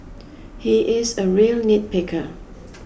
he is a real nitpicker